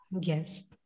Yes